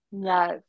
Yes